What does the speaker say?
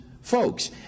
folks